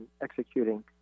executing